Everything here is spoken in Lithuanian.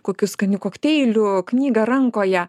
kokiu skaniu kokteiliu knyga rankoje